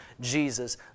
Jesus